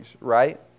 right